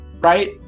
right